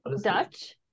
Dutch